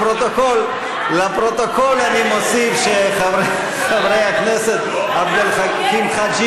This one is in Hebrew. לפרוטוקול אני מוסיף שחבר כנסת עבד אל חכים חאג'